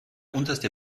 unterste